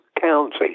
county